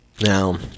Now